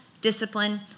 discipline